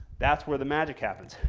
that's where the magic happens.